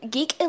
Geek